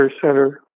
center